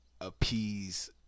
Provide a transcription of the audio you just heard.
appease